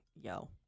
yo